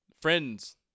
Friends